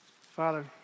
Father